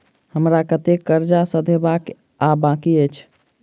हमरा कतेक कर्जा सधाबई केँ आ बाकी अछि?